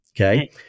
Okay